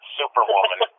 superwoman